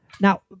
Now